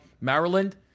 Maryland